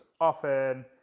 often